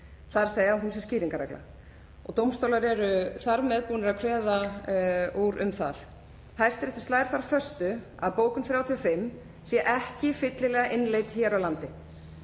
þ.e. að hún sé skýringarregla. Dómstólar eru þar með búnir að kveða úr um það. Hæstiréttur slær þar föstu að bókun 35 sé ekki fyllilega innleidd hér á landi.